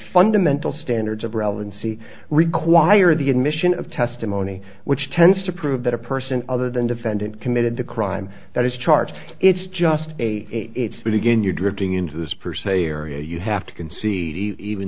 fundamental standards of relevancy require the admission of testimony which tends to prove that a person other than defendant committed the crime that is charged it's just a it's but again you're drifting into this per se area you have to